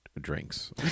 drinks